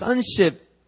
sonship